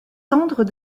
tendres